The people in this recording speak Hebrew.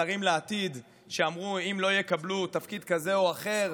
שרים לעתיד שאמרו שאם לא יקבלו תפקיד כזה או אחר,